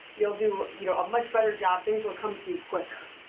you'll do you know a much better job things will come to you quicker.